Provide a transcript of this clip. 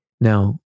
Now